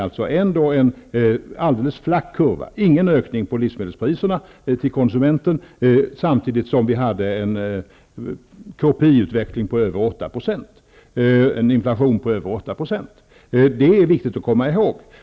Kurvan var flack -- ingen ökning av livsmedelspriserna för konsumentens del samtidigt som utveck lingen av KPI var över 8 %, dvs. en inflation som var över 8 %. Det här är viktigt att komma ihåg.